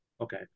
Okay